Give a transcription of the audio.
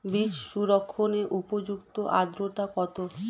বীজ সংরক্ষণের উপযুক্ত আদ্রতা কত?